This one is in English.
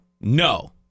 no